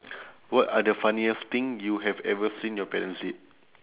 what are the funniest thing you have ever seen your parents did